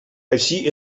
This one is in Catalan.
així